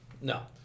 No